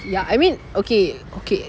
ya I mean okay okay